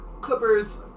Clippers